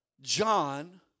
John